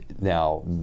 Now